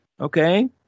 okay